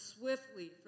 swiftly